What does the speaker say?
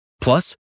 Plus